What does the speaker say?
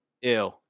ew